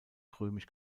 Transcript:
römisch